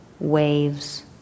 waves